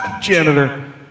janitor